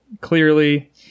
clearly